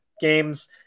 games